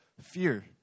fear